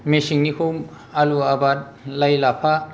मेसेंनिखौ आलु आबाद लाइ लाफा